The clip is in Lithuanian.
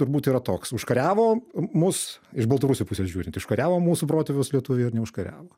turbūt yra toks užkariavo mus iš baltarusių pusės žiūrint užkariavo mūsų protėvius lietuviai ar neužkariavo